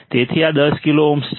તેથી આ 10 kilo ohm છે